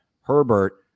Herbert